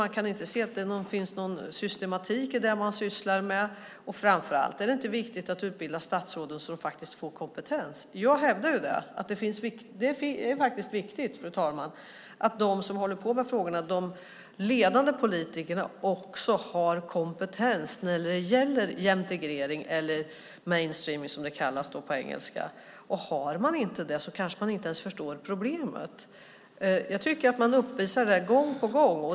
Man kan inte se att det finns någon systematik i det man sysslar med, och framför allt är det inte viktigt att utbilda statsråden så att de får kompetens. Fru talman! Jag hävdar att det är viktigt att de ledande politiker som håller på med frågorna också har kompetens när det gäller jämtegrering eller mainstreaming, som det kallas på engelska. Har man inte det kanske man inte ens förstår problemet. Jag tycker att man uppvisar detta gång på gång.